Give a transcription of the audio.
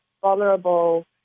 vulnerable